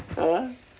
ah